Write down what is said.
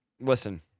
Listen